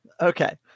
Okay